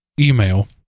email